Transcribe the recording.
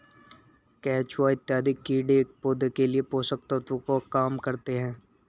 केचुआ इत्यादि कीड़े पौधे के लिए पोषक तत्व का काम करते हैं